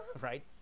right